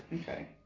Okay